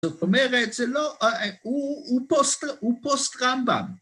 ‫זאת אומרת שלא... ‫הוא פוסט רמב"ם.